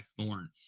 Thorn